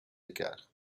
écart